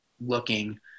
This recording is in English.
looking